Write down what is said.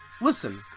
listen